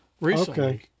recently